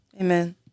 Amen